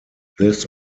this